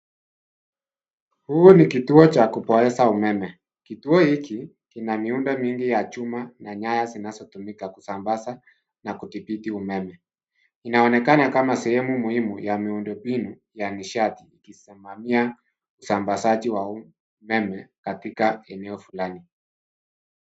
Huu ni kituo cha kupoesha umeme. Kituo hiki kina miundo mingi ya chuma na nyaya zinazo tumika kusambaza na kudhibiti umeme. Inaonekana kama sehemu muhimu ya miundo mbinu ya nishati ikisimamia usambazaji wa umeme katika eneo fulani.